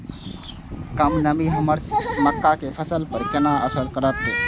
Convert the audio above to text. कम नमी हमर मक्का के फसल पर केना असर करतय?